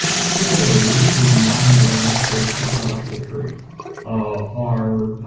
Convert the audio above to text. similarly the mining landscapes of joshua tree ah are